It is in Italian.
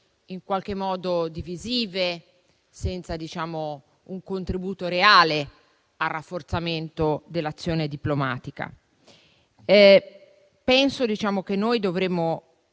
in qualche modo divisive, senza un contributo reale al rafforzamento dell'azione diplomatica. Penso che dovremmo